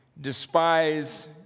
despise